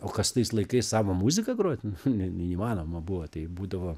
o kas tais laikais savo muziką grot ne neįmanoma buvo taip būdavo